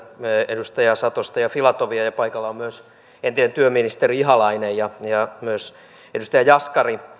edustaja satosta ja filatovia ja ja paikalla on myös entinen työministeri ihalainen ja myös edustaja jaskari